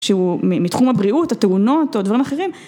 שהוא מתחום הבריאות התאונות או דברים אחרים.